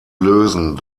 lösen